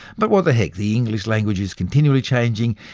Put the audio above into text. but what the heck, the english language is continually changing,